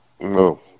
No